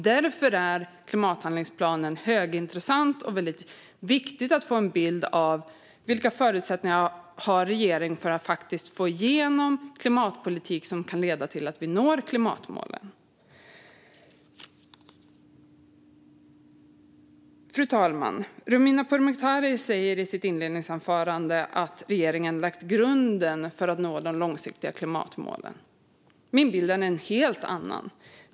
Därför är klimathandlingsplanen högintressant. Det är väldigt viktigt att få en bild av vilka förutsättningar regeringen har att få igenom klimatpolitik som kan leda till att vi når klimatmålen. Fru talman! Romina Pourmokhtari sa i sitt inledningsanförande att regeringen har lagt grunden för att nå de långsiktiga klimatmålen. Min bild är en helt annan.